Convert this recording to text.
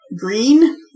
green